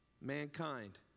mankind